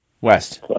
West